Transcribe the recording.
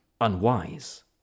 unwise